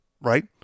right